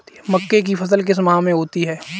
मक्के की फसल किस माह में होती है?